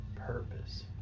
Purpose